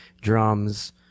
drums